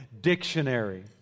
Dictionary